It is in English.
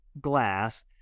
glass